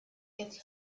gets